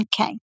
Okay